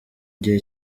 gihe